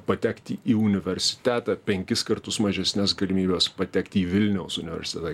patekti į universitetą penkis kartus mažesnes galimybes patekti į vilniaus universitetą